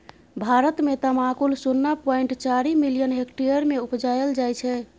भारत मे तमाकुल शुन्ना पॉइंट चारि मिलियन हेक्टेयर मे उपजाएल जाइ छै